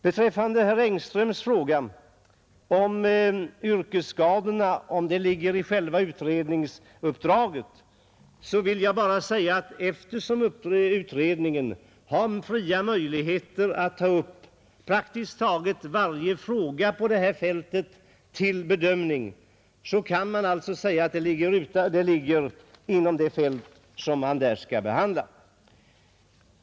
På herr Engströms fråga om det ligger i utredningsuppdraget att även ta upp yrkesskadorna vill jag svara att eftersom utredningen har möjlighet att ta upp praktiskt taget varje fråga på detta fält till bedömning kan man säga att den frågan ligger inom ramen för dess arbete.